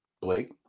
Blake